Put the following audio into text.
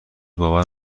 باور